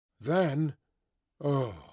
Then—oh